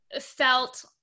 felt